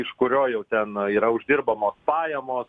iš kurio jau ten yra uždirbamos pajamos